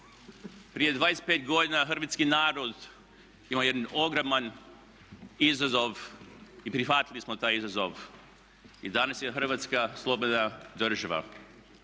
Prije 25 godina hrvatski narod imao je jedan ogroman izazov i prihvatili smo taj izazov i danas je Hrvatska slobodna država.